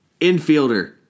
Infielder